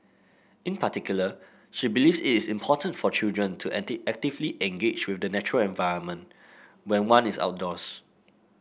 in particular she believes it is important for children to act actively engage with the natural environment when one is outdoors